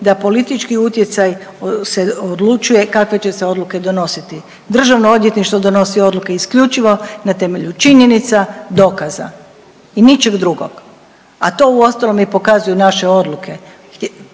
da politički utjecaj se odlučuje kakve će se odluke donositi. Državno odvjetništvo donosi odluke isključivo na temelju činjenica i dokaza i ničeg drugog, a to uostalom i pokazuju naše odluke.